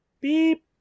beep